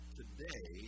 today